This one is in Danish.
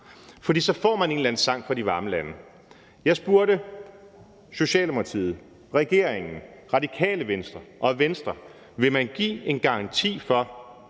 Og så får man en eller anden sang fra de varme lande. Jeg spurgte Socialdemokratiet, regeringen, Radikale Venstre og Venstre, om man vil give en garanti imod